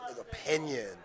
opinion